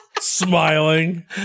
Smiling